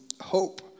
hope